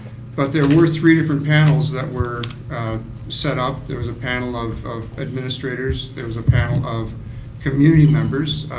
but there were three different panels that were set up. there was a panel of of administrators, there was a panel of community members,